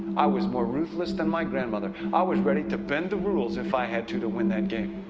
i was more ruthless than my grandmother. i was ready to bend the rules if i had to, to win that game.